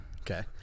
Okay